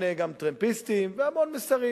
המון טרמפיסטים והמון מסרים.